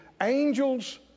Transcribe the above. angels